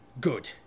Good